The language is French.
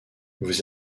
vous